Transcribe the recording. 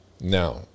Now